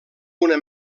una